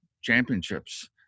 championships